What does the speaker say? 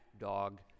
dog